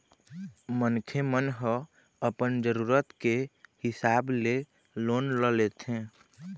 मनखे मन ह अपन जरुरत के हिसाब ले लोन ल लेथे